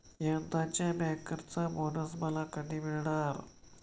यंदाच्या बँकर्सचा बोनस मला कधी मिळणार?